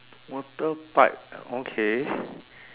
water pipe okay